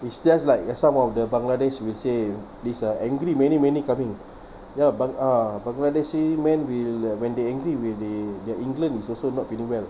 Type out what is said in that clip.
it's just uh some of the bangladesh will say this ah angry many many coming ya bang~ ah bangladesh say man will uh when they angry will be that england is also not feeling well